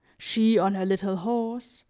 she on her little horse,